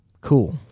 Cool